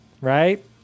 Right